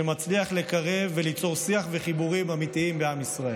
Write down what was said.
ומצליח לקרב וליצור שיח וחיבורים אמיתיים בעם ישראל.